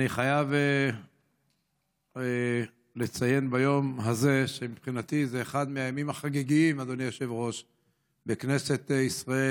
אני חייב לציין ביום הזה שמבחינתי זה אחד מהימים החגיגיים בכנסת ישראל,